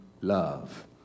love